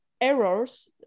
errors